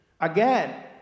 again